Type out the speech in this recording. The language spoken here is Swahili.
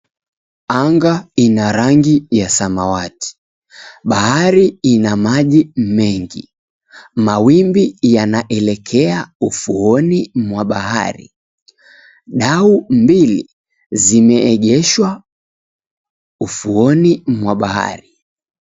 Anga ina rangi ya samawati. Bahari ina maji mengi. Mawimbi yanaelekea ufuoni mwa bahari. Dau mbili, zimeegeshwa ufuoni mwa bahari.